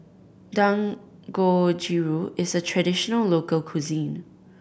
dangojiru is a traditional local cuisine